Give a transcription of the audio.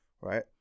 right